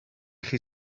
chi